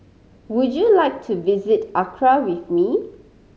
would you like to visit Accra with me